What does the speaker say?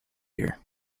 year